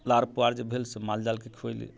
लार पुआल जे भेल से माल जालके खुएली